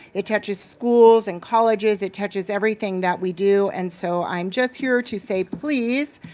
it touches schools and colleges. it touches everything that we do. and so i'm just here to say, please,